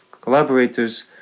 collaborators